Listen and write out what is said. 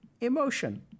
emotion